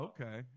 Okay